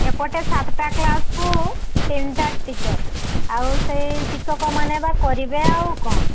ଏପଟେ ସାତଟା କ୍ଲାସ୍କୁ ତିନିଟା ଟିଚର୍ ଆଉ ସେଇ ଶିକ୍ଷକମାନେ ବା କରିବେ ଆଉ କ'ଣ